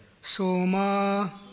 Soma